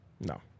no